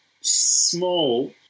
small